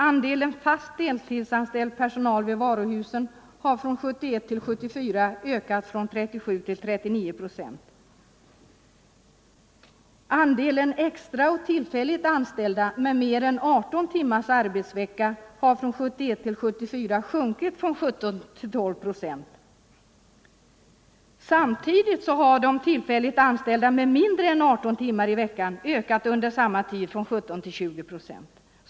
Andelen fast deltidsanställd personal — Nr 130 vid varuhusen har från år 97 till 1974 ökar från 37 till 39 procent. Torsdagen den Andelen extra och tillfälligt anställda med mer än 18 timmars arbetsvecka 28 november 1974 har från år 1971 till 1974 sjunkit från 17 till 12 procent. Samtidigt har tillfälligt anställda med mindre än 18 timmar i veckan ökat under samma = Jämställdhet tid från 17 till 20 procent.